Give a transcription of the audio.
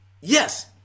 yes